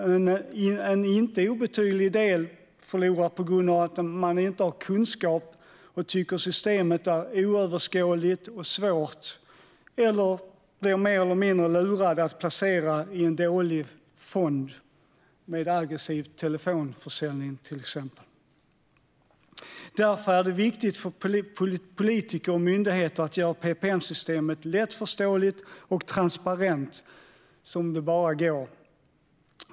Men en inte obetydlig del förlorar på grund av att de inte har kunskap och tycker att systemet är oöverskådligt och svårt eller för att de blir mer eller mindre lurade att placera i en dålig fond genom till exempel aggressiv telefonförsäljning. Därför är det viktigt för politiker och myndigheten att göra PPM-systemet så lättförståeligt och transparent som det bara går.